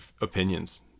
opinions